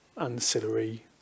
ancillary